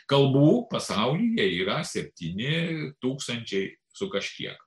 kalbų pasaulyje yra septyni tūkstančiai su kažkiek